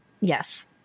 yes